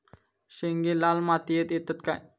शेंगे लाल मातीयेत येतत काय?